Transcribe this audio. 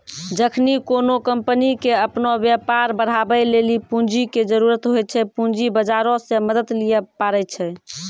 जखनि कोनो कंपनी के अपनो व्यापार बढ़ाबै लेली पूंजी के जरुरत होय छै, पूंजी बजारो से मदत लिये पाड़ै छै